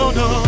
no